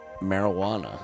Marijuana